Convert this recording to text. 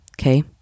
Okay